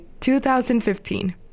2015